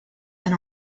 and